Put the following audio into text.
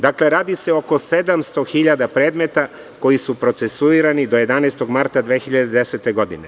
Dakle, radi se o oko 700.000 predmeta koji su procesuirani do 11. marta 2010. godine.